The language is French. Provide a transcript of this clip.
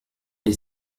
des